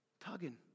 tugging